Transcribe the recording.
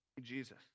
Jesus